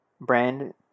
brand